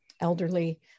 elderly